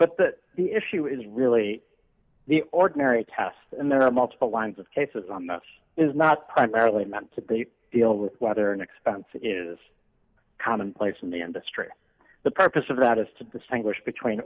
but that the issue is really the ordinary test and there are multiple lines of cases on this is not primarily meant to be a deal with whether an expense is commonplace in the industry the purpose of that is to